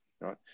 right